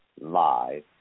Live